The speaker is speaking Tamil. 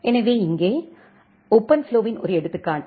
எனவே இங்கே ஓபன்ஃப்ளோவின் ஒரு எடுத்துக்காட்டு